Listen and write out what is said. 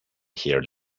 here